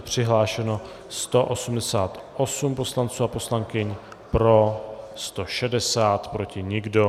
Přihlášeno je 188 poslanců a poslankyň, pro 160, proti nikdo.